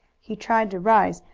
he tried to rise,